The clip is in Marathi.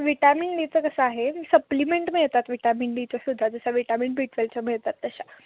विटामिन डीचं कसं आहे सप्लिमेंट मिळतात विटामिन डीच्या सुद्धा जसं विटॅन बी ट्वेल्वच्या मिळतात तशा